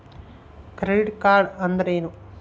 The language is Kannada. ಕ್ರೆಡಿಟ್ ಕಾರ್ಡ್ ಅಂದ್ರೇನು?